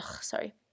sorry